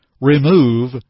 Remove